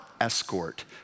escort